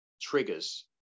triggers